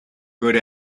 good